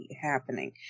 happening